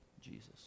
Jesus